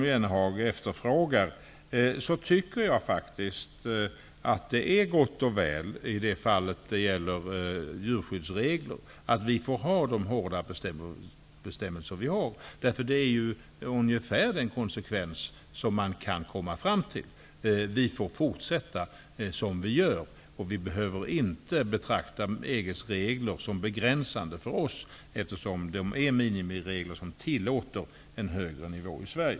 Jag tycker faktiskt att det är gott och väl när det gäller djurskyddsregler att vi får ha kvar våra hårda bestämmelser. Det är ungefär den konsekvens man kan komma fram till, att vi får fortsätta som vi gör. Vi behöver inte betrakta EG:s regler som begränsande för oss. De är minimiregler och tillåter en högre nivå i Sverige.